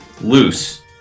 Loose